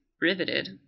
riveted